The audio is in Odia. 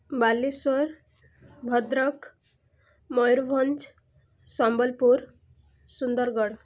ବାଲେଶ୍ଵର ଭଦ୍ରକ ମୟୂରଭଞ୍ଜ ସମ୍ବଲପୁର ସୁନ୍ଦରଗଡ଼